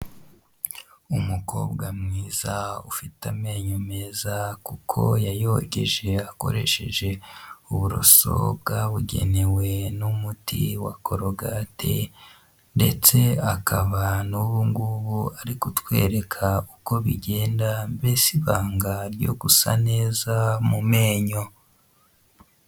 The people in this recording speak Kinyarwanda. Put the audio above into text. Umukobwa mwiza ufite amenyo meza, kuko yayogeje akoresheje uburoso bwabugenewe n'umuti wa korogate ndetse akaba n'ubungubu ari kutwereka uko bigenda, mbese ibanga ryo gusa neza mu menyo.